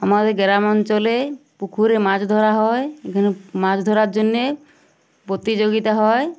আমাদের গ্রাম অঞ্চলে পুকুরে মাছ ধরা হয় এখানে মাছ ধরার জন্যে প্রতিযোগিতা হয়